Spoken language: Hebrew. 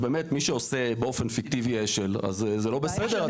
אז באמת מי שעושה באופן פיקטיבי אש"ל אז זה לא בסדר,